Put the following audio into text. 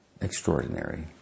extraordinary